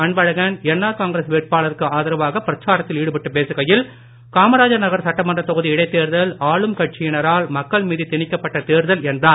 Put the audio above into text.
Anbazhagan N R Congress வேட்பாளருக்கு ஆதரவாக பிரச்சாரத்தில் ஈடுபட்டுப் பேசுகையில் காமராஜர் நகர் சட்டமன்றத் தொகுதி இடைத்தேர்தல் ஆளும் கட்சியினரால் மக்கள் மீது திணிக்கப்பட்ட தேர்தல் என்றார்